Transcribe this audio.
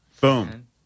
Boom